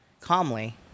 calmly